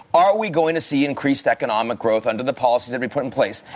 are we going to see increased economic growth under the policy to be put in place?